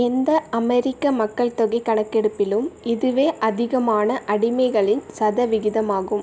எந்த அமெரிக்க மக்கள் தொகைக் கணக்கெடுப்பிலும் இதுவே அதிகமான அடிமைகளின் சதவிகிதமாகும்